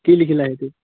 কি লিখিলা সেইটো